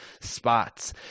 spots